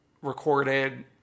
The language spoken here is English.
recorded